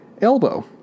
elbow